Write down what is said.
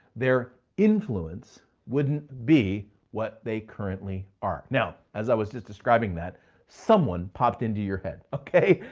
their influence wouldn't be what they currently are. now, as i was just describing that someone popped into your head, okay?